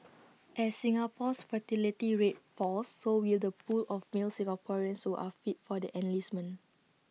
as Singapore's fertility rate falls so will the pool of male Singaporeans who are fit for the enlistment